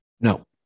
no